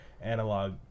Analog